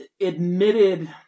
admitted